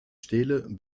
stele